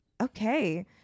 Okay